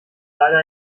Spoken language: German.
leider